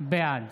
בעד